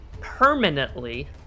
permanently